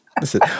listen